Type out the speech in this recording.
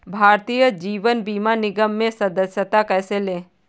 भारतीय जीवन बीमा निगम में सदस्यता कैसे लें?